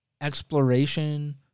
exploration